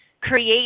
create